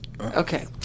Okay